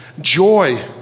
Joy